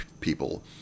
people